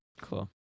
Cool